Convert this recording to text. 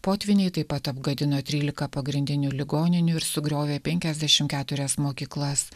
potvyniai taip pat apgadino trylika pagrindinių ligoninių ir sugriovė penkiasdešim keturias mokyklas